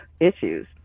issues